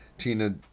tina